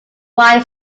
why